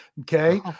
Okay